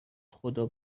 خدا